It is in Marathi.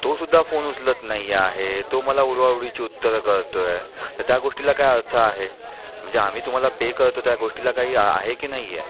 तोसुद्धा फोन उचलत नाही आहे तो मला उडवाउडवीचे उत्तरं करतो आहे तर त्या गोष्टीला काय अर्थ आहे म्हणजे आम्ही तुम्हाला पे करतो त्या गोष्टीला काही आहे की नाही आहे